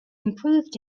improved